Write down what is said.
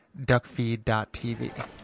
duckfeed.tv